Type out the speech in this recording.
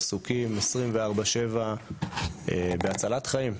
לצוותי הסיעוד - שעסוקים 24/7 בהצלת חיים.